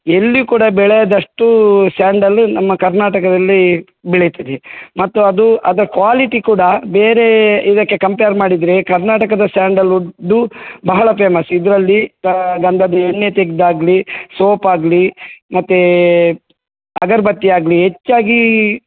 ಎಲ್ಲಿ ಕೂಡ ಬೆಳೆಯದಷ್ಟು ಸ್ಯಾಂಡಲ್ ನಮ್ಮ ಕರ್ನಾಟಕದಲ್ಲಿ ಬೆಳೆತಿರಿ ಮತ್ತು ಅದು ಅದ ಕ್ವಾಲಿಟಿ ಕೂಡ ಬೇರೆ ಇದಕ್ಕೆ ಕಂಪೇರ್ ಮಾಡಿದರೆ ಕರ್ನಾಟಕದ ಸ್ಯಾಂಡಲ್ ವುಡ್ಡು ಬಹಳ ಫೇಮಸ್ ಇದರಲ್ಲಿ ಗಂಧದ ಎಣ್ಣೆ ತೆಗ್ದು ಆಗಲಿ ಸೋಪ್ ಆಗಲಿ ಮತ್ತೆ ಅಗರಬತ್ತಿ ಆಗಲಿ ಹೆಚ್ಚಾಗಿ